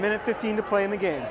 a minute fifteen to playing the game